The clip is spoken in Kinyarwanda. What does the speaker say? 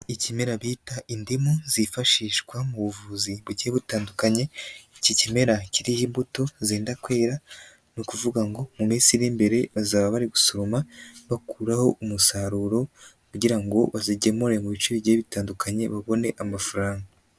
Ikimera bita indimu zifashishwa mu buvuzi bugiye butandukanye, iki kimera kiriho mbuto zenda kwera, ni ukuvuga ngo mu minsi iri imbere bazaba bari gusoroma bakuraho umusaruro kugira ngo bazigemure mu bice bigiye bitandukanye, babone amafaranga.